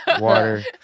Water